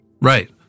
Right